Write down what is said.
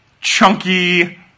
chunky